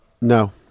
no